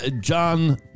John